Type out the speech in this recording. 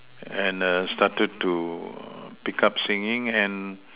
and err started to pick up singing and